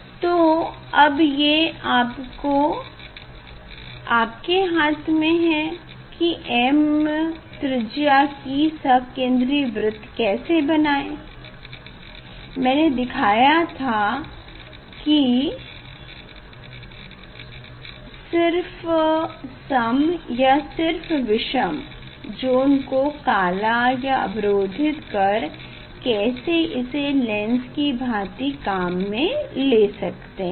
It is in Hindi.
तो अब ये आपके हाथ में है की m त्रिज्या की सकेंद्री वृत्त कैसे बनाए मेने दिखाया था की सिर सम या सिर्फ विषम ज़ोन को काला या अवरोधित कर कैसे इसे लेंस की भाँति काम में ले सकते हैं